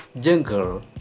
jungle